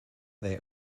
they